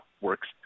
works